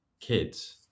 kids